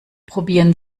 probieren